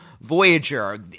Voyager